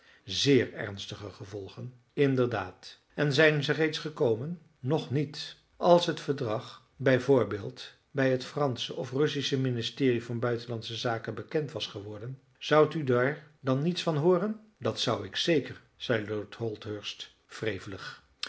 zeer ernstige gevolgen inderdaad en zijn ze reeds gekomen nog niet als het verdrag b v bij het fransche of russische ministerie van buitenlandsche zaken bekend was geworden zoudt u daar dan niets van hooren dat zou ik zeker zei lord